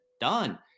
done